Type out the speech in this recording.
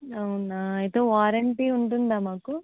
అవునా అయితే వారెంటీ ఉంటుందా మాకు